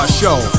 show